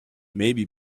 maybe